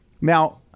Now